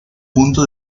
punto